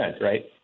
right